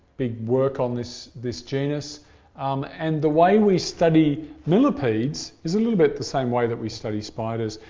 big work on this this genus um and the way we study millipedes is a little bit the same way that we study spiders.